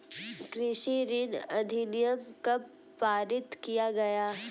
कृषि ऋण अधिनियम कब पारित किया गया?